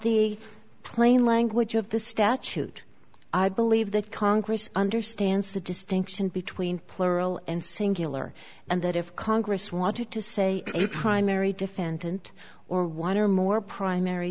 the plain language of the statute i believe that congress understands the distinction between plural and singular and that if congress wanted to say a primary defendant or one or more primary